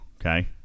Okay